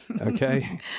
Okay